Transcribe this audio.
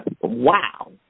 Wow